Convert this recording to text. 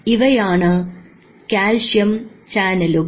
ഇവയാണ് കാൽസ്യം ചാനലുകൾ